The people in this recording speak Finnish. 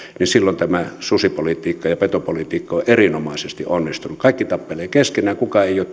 niin silloin tämä susipolitiikka ja petopolitiikka on erinomaisesti onnistunut kaikki tappelevat keskenään kukaan ei ole